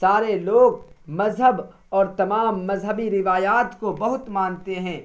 سارے لوگ مذہب اور تمام مذہبی روایات کو بہت مانتے ہیں